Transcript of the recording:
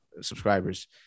subscribers